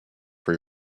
for